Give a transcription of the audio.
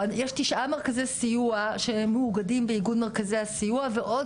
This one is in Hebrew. יש תשעה מרכזי סיוע שמאוגדים באגוד מרכזי הסיוע ועוד